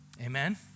Amen